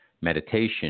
meditation